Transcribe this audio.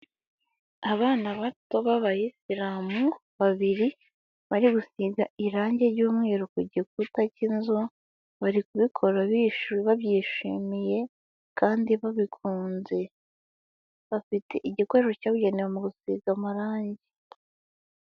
Abana bato b'abayisilamu babiri bari gusiga irangi ry'umweru ku gikuta k'inzu, bari kubikora biwe babyishimiye kandi babikunze bafite igikoresho cyabugenewe mu gusigaga amarangi.